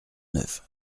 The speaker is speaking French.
neuf